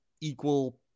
equal